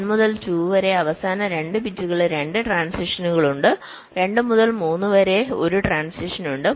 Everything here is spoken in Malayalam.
1 മുതൽ 2 വരെ അവസാന 2 ബിറ്റുകളിൽ 2 ട്രാന്സിഷനുകളുണ്ട് 2 മുതൽ 3 വരെ ഒരു ട്രാന്സിഷനുണ്ട്